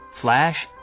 flash